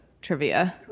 trivia